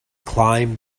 climbed